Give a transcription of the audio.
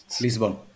Lisbon